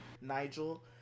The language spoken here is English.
Nigel